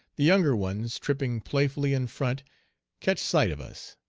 the younger ones tripping playfully in front catch sight of us.